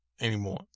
anymore